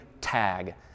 TAG